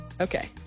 Okay